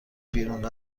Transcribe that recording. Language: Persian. بیرون